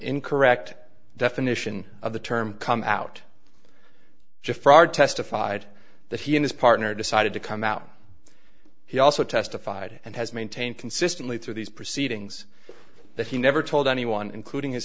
in correct definition of the term come out just for ard testified that he and his partner decided to come out he also testified and has maintained consistently through these proceedings that he never told anyone including his